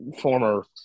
former